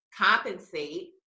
compensate